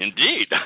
Indeed